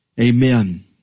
Amen